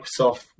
Microsoft